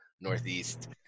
Northeast